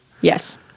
Yes